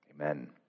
Amen